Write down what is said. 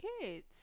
kids